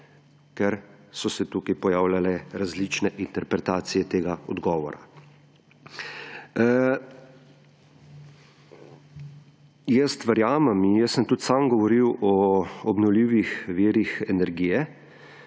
ker so se tukaj pojavljale različne interpretacije tega odgovora. Jaz verjamem in sem tudi sam govoril o obnovljivih virih energije.